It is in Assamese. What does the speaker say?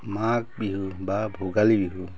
মাঘ বিহু বা ভোগালী বিহু